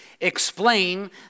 explain